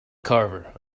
carver